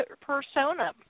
persona